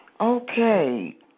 Okay